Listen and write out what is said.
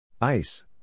Ice